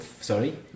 Sorry